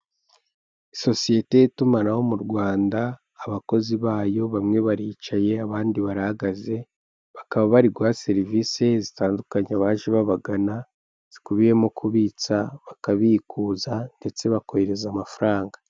Sosiyete y'itumanaho mu Rwanda, abakozi bayo bamwe baricaye, abandi barahagaze, bakaba bari guha serivise zitandukanye abaje babagana zikubiyemo kubitsa, bakabikuza ndetse bakohereza amafaranga.